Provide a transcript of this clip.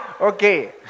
Okay